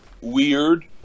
weird